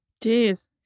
Jeez